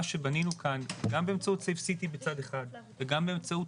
שבנינו כאן גם באמצעות save city בצד אחד וגם באמצעות